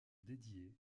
dédiées